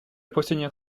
poissonnière